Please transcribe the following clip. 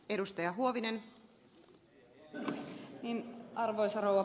arvoisa rouva pu hemies